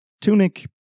tunic